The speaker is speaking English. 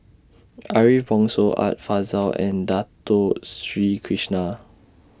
Ariff Bongso Art Fazil and Dato Sri Krishna